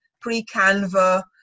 pre-canva